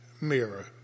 mirror